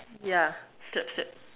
yeah